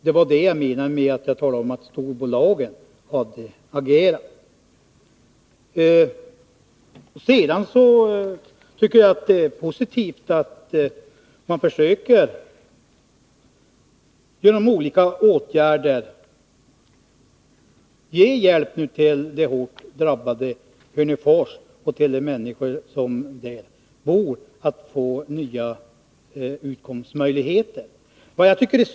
Det var det jag menade med att storbolagen hade agerat. Sedan tycker jag att det är positivt att man genom olika åtgärder försöker ge hjälp åt det hårt drabbade Hörnefors och nya utkomstmöjligheter åt de människor som där bor. Vad jag tycker är.